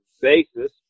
basis